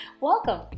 welcome